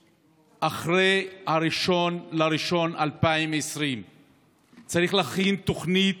אחרי 1 בינואר 2020. צריך להכין תוכנית